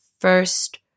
first